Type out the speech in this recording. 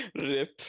rip